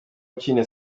ukinira